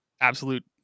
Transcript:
absolute